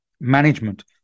management